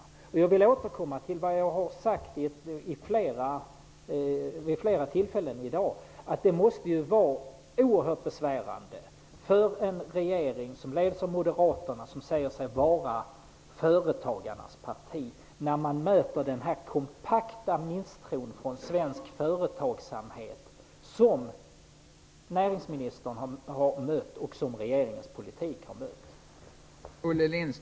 Jag vill återkomma till vad jag har sagt vid flera tillfällen i dag. Det måste vara oerhört besvärande för en regering som leds av Moderaterna, som säger sig vara företagarnas parti, att mötas av denna kompakta misstro från svensk företagsamhet, en misstro som både näringsministern och regeringens politik har mött.